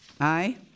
Aye